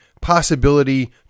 possibility